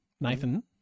Nathan